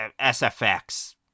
SFX